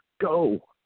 Go